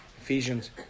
Ephesians